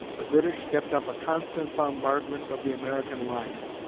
the british kept up a constant bombardment of the american lines,